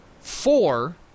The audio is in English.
four